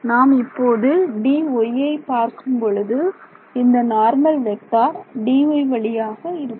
நாம் இப்போது Dyஐ பார்க்கும் பொழுது இந்த நார்மல் வெக்டர் Dy வழியாக இருக்கும்